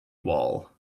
wall